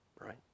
right